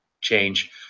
change